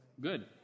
Good